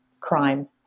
crime